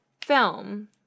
film